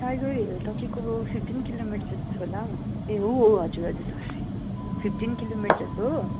tiger Hill तपाईँको fifteen kilometres होला हौ ए हो हो हजुर हजुर फिफ्टिन किलोमिटर्स हो